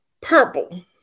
purple